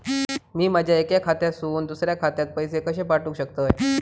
मी माझ्या एक्या खात्यासून दुसऱ्या खात्यात पैसे कशे पाठउक शकतय?